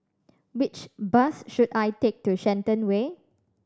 which bus should I take to Shenton Way